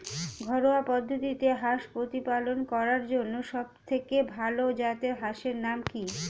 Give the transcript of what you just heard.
ঘরোয়া পদ্ধতিতে হাঁস প্রতিপালন করার জন্য সবথেকে ভাল জাতের হাঁসের নাম কি?